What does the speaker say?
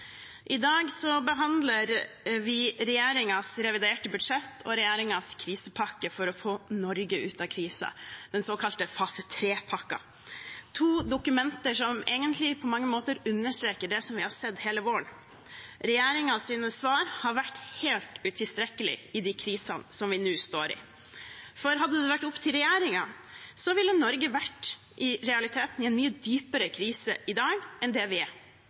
I dag behandler vi regjeringens reviderte budsjett og regjeringens krisepakke for å få Norge ut av krisen, den såkalte fase 3-pakken – to dokumenter som egentlig på mange måter understreker det vi har sett hele våren: Regjeringens svar har vært helt utilstrekkelige i de krisene vi nå står i. For hadde det vært opp til regjeringen, ville Norge i realiteten vært i en mye dypere krise i dag enn det vi er.